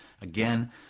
Again